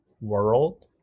world